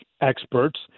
experts